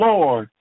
Lord